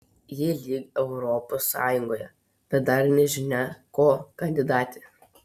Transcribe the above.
ji lyg europos sąjungoje bet dar nežinia ko kandidatė